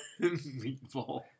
Meatball